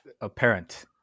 apparent